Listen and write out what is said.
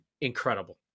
incredible